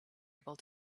able